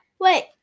Wait